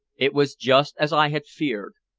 it was just as i had feared.